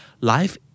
Life